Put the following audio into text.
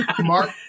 Mark